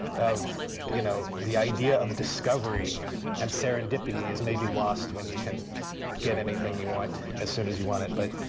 of you know the idea of discovery and serendipity is maybe lost when you can get anything you want as soon as you want it. but